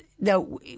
Now